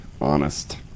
honest